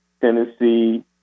Tennessee